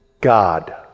God